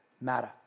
matter